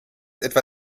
etwa